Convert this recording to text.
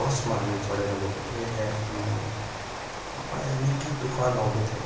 बसमा हामी चढेर गएको थिएँ ए अन्त बाहिर निकै तुफान आउँदैथ्यो